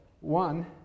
one